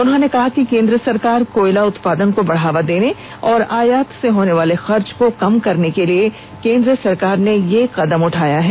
उन्होंने कहा कि केन्द्र सरकार कोयला उत्पादन को बढ़ावा देने और आयात से होनेवाले खर्च को कम करने के लिए केन्द्र सरकार ने यह कदम उठाया है